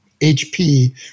HP